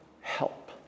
help